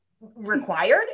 required